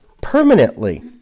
permanently